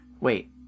Wait